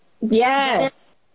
yes